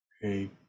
hey